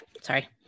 Sorry